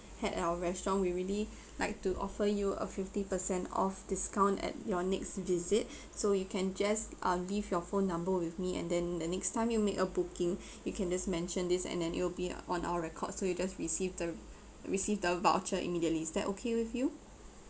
had our restaurant we really like to offer you a fifty percent off discount at your next visit so you can just uh leave your phone number with me and then the next time you make a booking you can just mentioned this and then you'll be on our record so you just receive the receive the voucher immediately is that okay with you